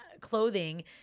clothing